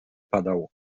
padał